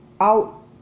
out